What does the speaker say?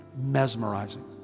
mesmerizing